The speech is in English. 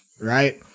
right